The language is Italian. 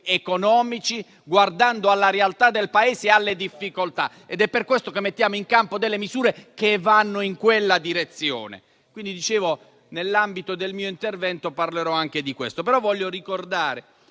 economici, guardando alla realtà del Paese e alle difficoltà e per questo mettiamo in campo delle misure che vanno in quella direzione. Nell'ambito del mio intervento parlerò anche di questo, ma voglio ricordare